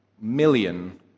million